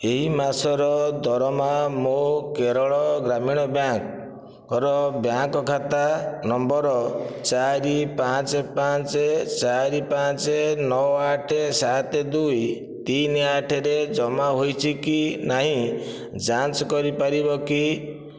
ଏହି ମାସର ଦରମା ମୋ' କେରଳ ଗ୍ରାମୀଣ ବ୍ୟାଙ୍କ୍ର ବ୍ୟାଙ୍କ୍ ଖାତା ନମ୍ବର ଚାରି ପାଞ୍ଚ ପାଞ୍ଚ ଚାରି ପାଞ୍ଚ ନଅ ଆଠ ସାତ ଦୁଇ ତିନି ଆଠରେ ଜମା ହୋଇଛି କି ନାହିଁ ଯାଞ୍ଚ କରିପାରିବ କି